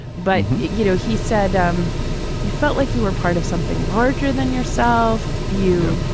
but you know, he said um you felt like you were part of something larger than yourself you